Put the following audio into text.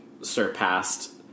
surpassed